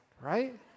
Right